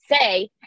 say